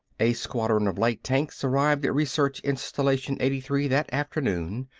a squadron of light tanks arrived at research installation eighty three that afternoon,